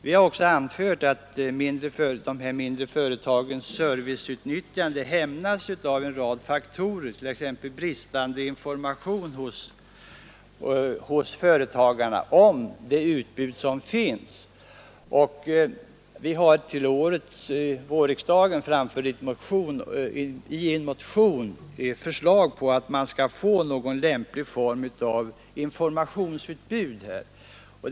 Vi har också anfört att de här mindre företagens serviceutnyttjande hämmas av en rad faktorer, t.ex. bristande information till företagarna om det utbud som finns. Till årets vårriksdag har vi därför i en motion framfört förslag om skapande av någon lämplig form av information i detta avseende.